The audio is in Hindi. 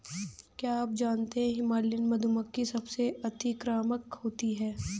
क्या आप जानते है हिमालयन मधुमक्खी सबसे अतिक्रामक होती है?